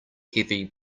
heavy